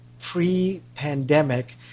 pre-pandemic